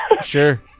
sure